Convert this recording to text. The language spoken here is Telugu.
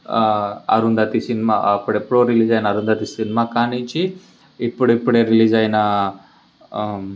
అరుంధతి సినిమా అప్పుడెప్పుడో రిలీజ్ అయిన అరుంధతి సినిమా కానిచ్చి ఇప్పుడిప్పుడే రిలీజ్ అయిన